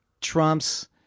Trump's